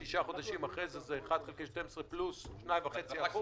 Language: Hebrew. שישה חודשים אחרי כן זה על פי 1/12 פלוס 2.5% למשל.